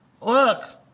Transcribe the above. look